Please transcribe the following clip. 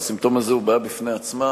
והסימפטום הזה הוא בעיה בפני עצמה,